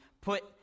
put